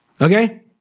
Okay